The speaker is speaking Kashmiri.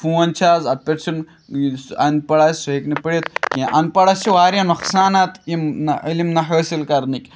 فون چھِ آز اَتھ پٮ۪ٹھ چھِنہٕ یُس اَن پڑھ آسہِ سُہ ہیٚکہِ نہٕ پٔرِتھ کیٚنٛہہ اَن پَڑھس چھِ واریاہ نۄقصانات یِم نہ علم نہ حٲصِل کَرنٕکۍ